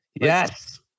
Yes